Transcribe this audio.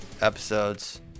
episodes